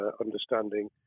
understanding